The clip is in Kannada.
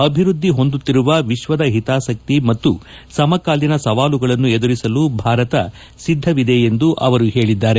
ಅಭಿವೃದ್ಧಿ ಹೊಂದುತ್ತಿರುವ ವಿಶ್ವದ ಹಿತಾಸಕ್ತಿಯನ್ನು ಮತ್ತು ಸಮಕಾಲಿನ ಸವಾಲುಗಳನ್ನು ಎದುರಿಸಲು ಭಾರತ ಸಿದ್ದವಿದೆ ಎಂದಿದ್ದಾರೆ